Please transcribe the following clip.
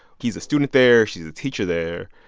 he's a student there, she is the teacher there,